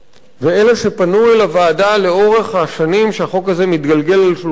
ואלה שפנו אל הוועדה לאורך השנים שהחוק הזה מתגלגל על שולחננו,